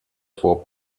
vor